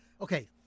okay